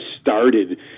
started